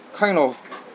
kind of